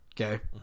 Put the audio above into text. okay